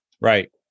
Right